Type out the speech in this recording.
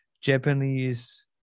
Japanese